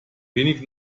wenig